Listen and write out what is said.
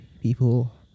People